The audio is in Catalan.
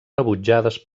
rebutjades